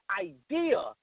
idea